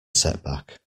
setback